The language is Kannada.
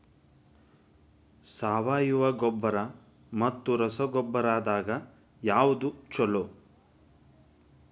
ಸಾವಯವ ಗೊಬ್ಬರ ಮತ್ತ ರಸಗೊಬ್ಬರದಾಗ ಯಾವದು ಛಲೋ?